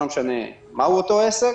לא משנה מהו אותו עסק,